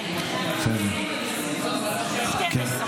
ל-12.